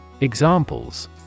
Examples